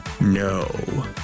No